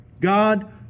God